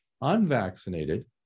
unvaccinated